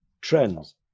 Trends